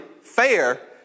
fair